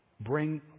Bring